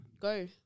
go